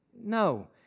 No